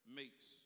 makes